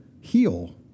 heal